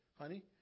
honey